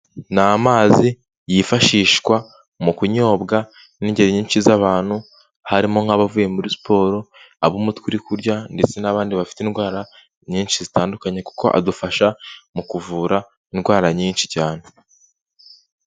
Ni amazi yifashishwa mu kunyobwa n'ingeri nyinshi z'abantu harimo nk'abavuye muri siporo, abo umutwe uri kurya ndetse n'abandi bafite indwara nyinshi zitandukanye kuko adufasha mu kuvura indwara nyinshi cyane.